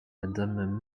madame